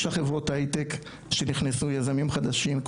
5 חברות הייטק שנכנסו יזמים חדשים,